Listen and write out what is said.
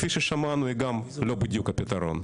כפי ששמענו היא גם לא בדיוק הפתרון,